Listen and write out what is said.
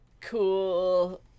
cool